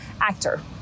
actor